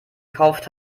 gekauft